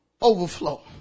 overflow